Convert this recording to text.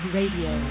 Radio